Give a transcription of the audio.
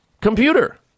computer